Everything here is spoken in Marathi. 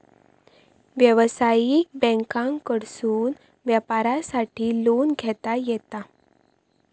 व्यवसायिक बँकांकडसून व्यापारासाठी लोन घेता येता